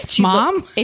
mom